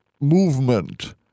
movement